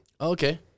Okay